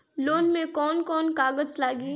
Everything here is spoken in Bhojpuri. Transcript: लोन में कौन कौन कागज लागी?